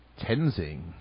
Tenzing